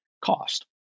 cost